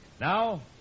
Now